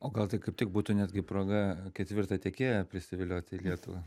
o gal tai kaip tik būtų netgi proga ketvirtą tiekėją prisivilioti į lietuvą